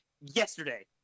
yesterday